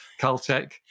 Caltech